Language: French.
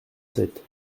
sept